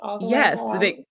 Yes